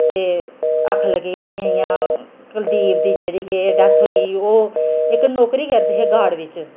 ते आक्खन लग्गे के इ'यां इ'यां कुलदीप दी जेह्ड़ी के डैथ होई गेई ओह् इक नौकरी करदे हे गार्ड दी